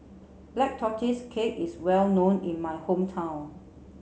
black tortoise cake is well known in my hometown